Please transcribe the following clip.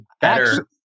better